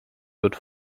wird